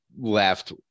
left